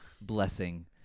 blessing